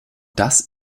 das